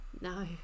No